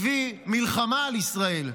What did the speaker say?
הביא מלחמה על ישראל.